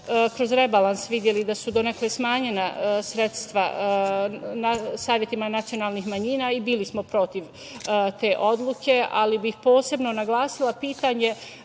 kroz rebalans videli da su donekle smanjena sredstva savetima nacionalnih manjina i bili smo protiv te odluke, ali bih posebno naglasila pitanje